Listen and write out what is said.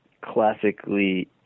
classically